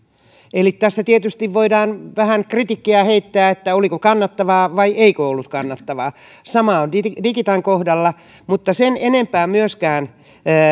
eli tässä tietysti voidaan vähän kritiikkiä heittää oliko kannattavaa vai eikö ollut kannattavaa sama on digitan digitan kohdalla mutta sen enempää myöskään